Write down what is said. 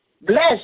Bless